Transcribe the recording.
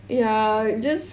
ya just